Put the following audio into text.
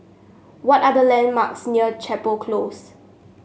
what are the landmarks near Chapel Close